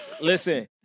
listen